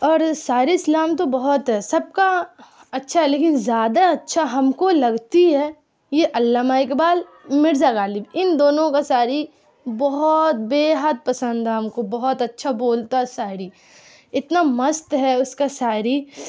اور شاعر اسلام تو بہت ہے سب کا اچھا لیکن زیادہ اچھا ہم کو لگتی ہے یہ علامہ اقبال مرزا غالب ان دونوں کا شاعری بہت بے حد پسند ہے ہم کو بہت اچھا بولتا ہے شاعری اتنا مست ہے اس کا شاعری